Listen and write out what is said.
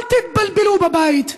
אל תתבלבלו בבית: